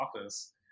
office